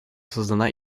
создана